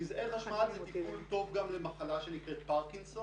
נזעי חשמל זה טיפול טוב גם למחלה שנקראת פרקינסון,